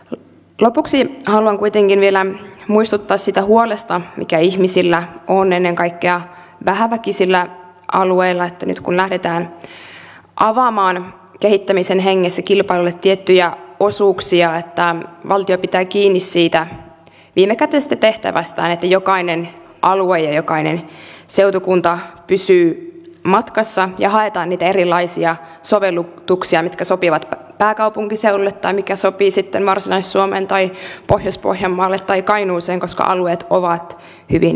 lopuksi haluan kuitenkin vielä muistuttaa siitä huolesta mikä ihmisillä on ennen kaikkea vähäväkisillä alueilla että nyt kun lähdetään avaamaan kehittämisen hengessä kilpailulle tiettyjä osuuksia valtio pitää kiinni siitä viimekätisestä tehtävästä että jokainen alue ja jokainen seutukunta pysyy matkassa ja haetaan niitä erilaisia sovellutuksia mitkä sopivat pääkaupunkiseudulle tai mikä sopii sitten varsinais suomeen tai pohjois pohjanmaalle tai kainuuseen koska alueet ovat hyvin erilaisia